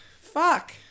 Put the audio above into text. Fuck